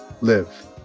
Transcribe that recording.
live